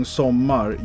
sommar